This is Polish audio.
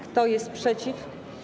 Kto jest przeciw?